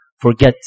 forget